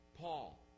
Paul